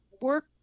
work